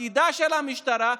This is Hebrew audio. תפקידה של המשטרה,